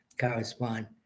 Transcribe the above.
correspond